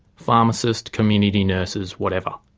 pharmacist, community nurses, whatever.